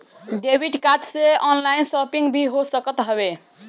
debit card से online shopping भी हो सकत हवे